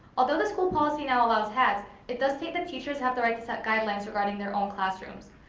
although the school policy now allows hats, it does state that teachers have the right to set guidelines regarding their own classrooms.